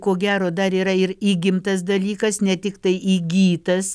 ko gero dar yra ir įgimtas dalykas ne tiktai įgytas